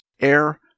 air